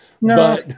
No